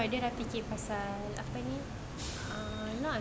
oh my god dia dah fikir pasal apa ni uh